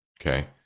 Okay